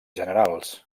generals